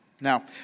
Now